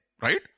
Right